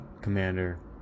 commander